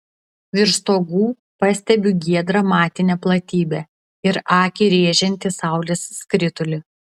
virš stogų pastebiu giedrą matinę platybę ir akį rėžiantį saulės skritulį